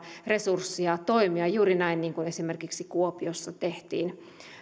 resursseja toimia juuri näin niin kuin esimerkiksi kuopiossa tehtiin